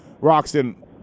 Roxton